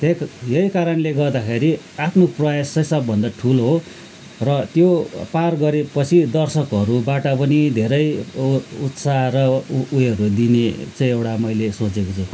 यही कारणले गर्दाखेरि आफ्नो प्रयास चाहिँ सबभन्दा ठुलो हो र त्यो पार गरेपछि दर्शकहरूबाट पनि धेरै उत्साह र उयोहरू दिने चाहिँ एउटा मैले सोचेको छु